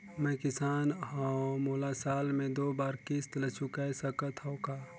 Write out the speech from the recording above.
मैं किसान हव मोला साल मे दो बार किस्त ल चुकाय सकत हव का?